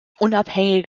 unabhängige